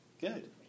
Good